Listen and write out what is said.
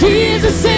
Jesus